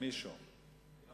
אתה